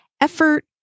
effort